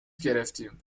گرفتیم